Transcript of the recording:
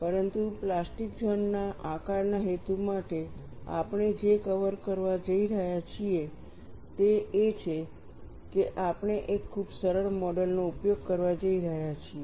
પરંતુ plastic zone ના આકારના હેતુ માટે આપણે જે કરવા જઈ રહ્યા છીએ તે એ છે કે આપણે એક ખૂબ જ સરળ મોડલ નો ઉપયોગ કરવા જઈ રહ્યા છીએ